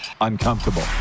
uncomfortable